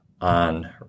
on